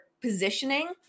positioning